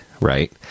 right